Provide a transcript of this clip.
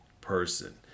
person